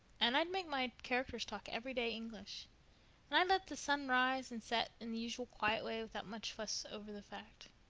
and i'd make my characters talk everyday english and i'd let the sun rise and set in the usual quiet way without much fuss over the fact.